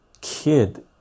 kid